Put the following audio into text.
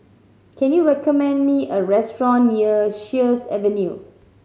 can you recommend me a restaurant near Sheares Avenue